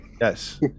Yes